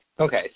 Okay